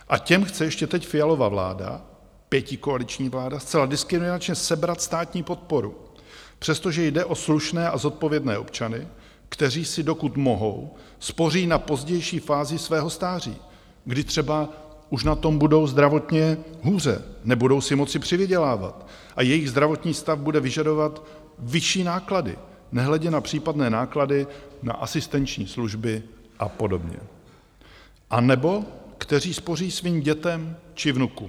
A těm chce ještě teď Fialova vláda, pětikoaliční vláda, zcela diskriminačně sebrat státní podporu, přestože jde o slušné a zodpovědné občany, kteří si, dokud mohou, spoří na pozdější fázi svého stáří, kdy třeba už na tom budou zdravotně hůře, nebudou si moci přivydělávat a jejich zdravotní stav bude vyžadovat vyšší náklady, nehledě na případné náklady na asistenční služby a podobně, anebo kteří spoří svým dětem či vnukům.